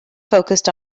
focused